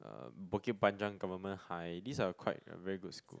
uh Bukit-Panjang-Government-High these are quite uh very good school